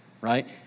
Right